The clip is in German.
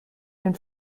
den